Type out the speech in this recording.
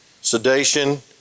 sedation